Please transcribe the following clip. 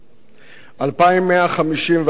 2,154 נשים,